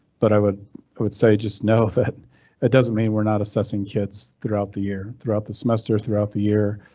but i would would say just know that it doesn't mean we're not assessing kids throughout the year throughout the semester throughout the year